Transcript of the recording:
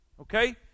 Okay